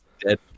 dead